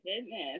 goodness